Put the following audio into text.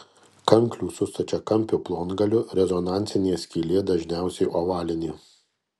kanklių su stačiakampiu plongaliu rezonansinė skylė dažniausiai ovalinė